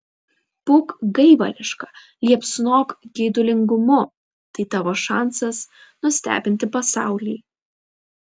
būk gaivališka liepsnok geidulingumu tai tavo šansas nustebinti pasaulį